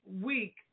week